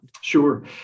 Sure